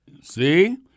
see